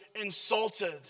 insulted